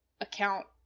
account